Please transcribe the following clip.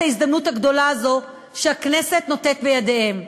ההזדמנות הגדולה הזאת שהכנסת נותנת בידיהם.